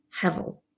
Hevel